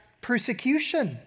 persecution